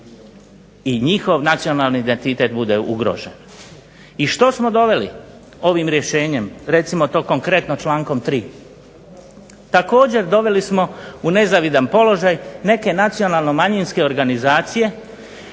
i njihov nacionalni identitet bude ugrožen. I što smo doveli ovim rješenjem, recimo konkretno člankom 3. Također doveli smo u nezavidan položaj neke nacionalno manjinske organizacije